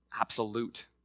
absolute